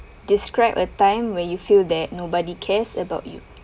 describe a time when you feel that nobody cares about you